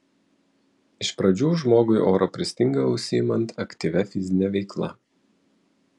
iš pradžių žmogui oro pristinga užsiimant aktyvia fizine veikla